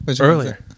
Earlier